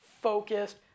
focused